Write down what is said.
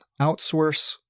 outsource